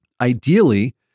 Ideally